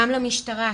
גם למשטרה.